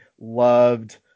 loved